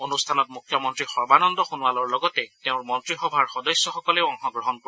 অনুষ্ঠানত মুখ্যমন্তী সৰ্বানন্দ সোণোৱালৰ লগতে তেওঁৰ মন্তীসভাৰ সদস্যসকলেও অংশগ্ৰহণ কৰিব